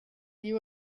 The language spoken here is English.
you